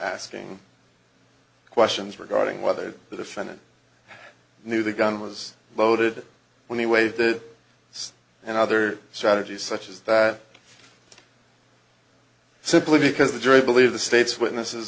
asking questions regarding whether the defendant knew the gun was loaded when he waived that and other strategies such as that simply because the jury believe the state's witnesses